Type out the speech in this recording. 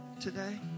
Today